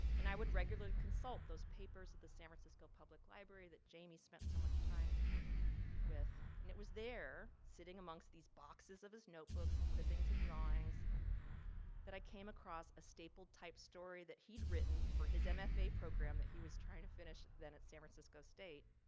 and i would regularly consult those papers at the san francisco public library that jamie spent so much time with. and it was there sitting amongst these boxes of his notebooks and clippings and drawings that i came across a stapled type story that he'd written for his mfa program that he was trying to finish. then at san francisco state.